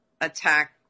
attack